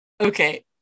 okay